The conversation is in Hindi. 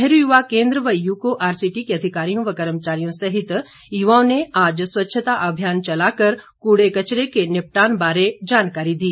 नेहरू युवा केन्द्र व यूको आरसीटी के अधिकारियों व कर्मचारियों सहित युवाओं ने आज स्वच्छता अभियान चला कर कूड़े कचरे के निपटान बारे जानकारी दी